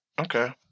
Okay